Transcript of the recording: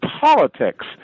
politics